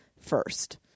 first